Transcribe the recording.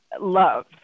love